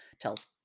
tells